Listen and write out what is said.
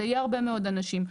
זה יהיה הרבה מאוד אנשים.